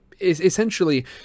essentially